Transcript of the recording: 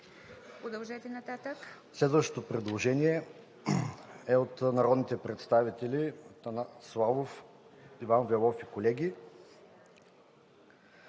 Следващото предложение е от народните представители Атанас Славов, Иван Велов и колеги.